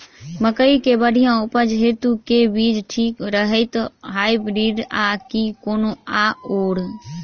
मकई केँ बढ़िया उपज हेतु केँ बीज ठीक रहतै, हाइब्रिड आ की कोनो आओर?